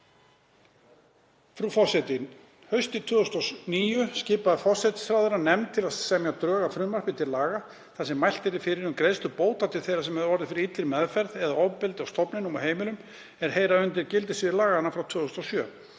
Frú forseti. Haustið 2009 skipaði forsætisráðherra nefnd til að semja drög að frumvarpi til laga þar sem mælt yrði fyrir um greiðslu bóta til þeirra sem hefðu orðið fyrir illri meðferð eða ofbeldi á stofnunum og heimilum er heyra undir gildissvið laganna frá 2007.